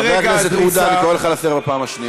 אחרי שהן נשארות במקום